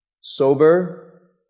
sober